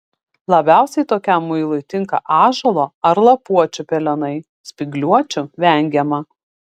labiausiai tokiam muilui tinka ąžuolo ar lapuočių pelenai spygliuočių vengiama